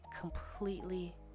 completely